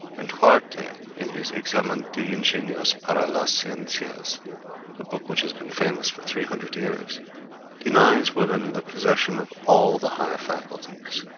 and huarte in his examen de ingenios ingenios para las scienzias a book which has been famous for three hundred years denies women the possession of all the higher faculties.